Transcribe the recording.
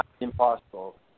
impossible